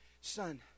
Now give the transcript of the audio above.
son